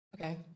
Okay